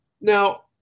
Now